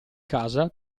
casa